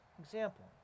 example